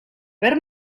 per